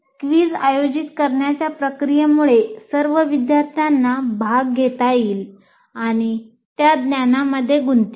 quiz आयोजित करण्याच्या प्रक्रियेमुळे सर्व विद्यार्थ्यांना भाग घेता येईल आणि ते ज्ञानामध्ये गुंततील